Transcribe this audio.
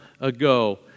ago